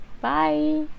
bye